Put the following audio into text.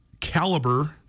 caliber